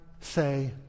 say